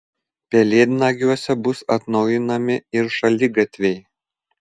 pelėdnagiuose bus atnaujinami ir šaligatviai